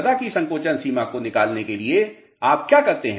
मृदा की संकोचन सीमा को निकालने के लिए आप क्या करते हैं